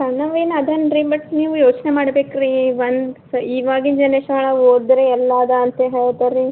ಚೆನ್ನಾಗೇನೋ ಅದಾನೆ ರೀ ಬಟ್ ನೀವು ಯೋಚನೆ ಮಾಡ್ಬೇಕು ರೀ ಒಂದು ಇವಾಗಿನ ಜನ್ರೇಶನ್ ಒಳಗೆ ಓದಿದ್ರೆ ಎಲ್ಲ ಅದ ಅಂತ ಹೇಳ್ತಾರೆ ರೀ